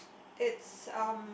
it's um